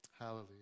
hallelujah